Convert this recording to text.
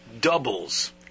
doubles